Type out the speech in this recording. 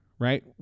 right